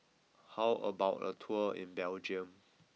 how about a tour in Belgium